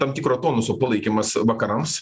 tam tikro tonuso palaikymas vakarams